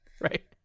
right